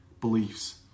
beliefs